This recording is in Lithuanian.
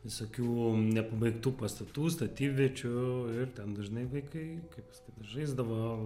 visokių nepabaigtų pastatų statybviečių ir ten dažnai vaikai kaip ten žaisdavo